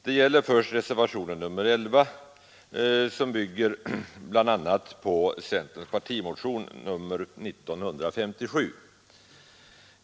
Det gäller först reservationen 11 som bl.a. bygger på centerns partimotion nr 1957.